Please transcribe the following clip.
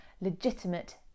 legitimate